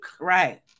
Right